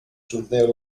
soutenir